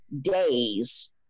days